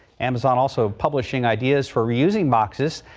amazon also publishing ideas for using boxes.